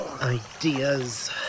ideas